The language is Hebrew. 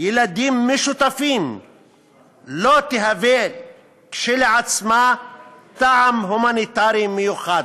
ילדים משותפים לא תהווה כשלעצמה טעם הומניטרי מיוחד".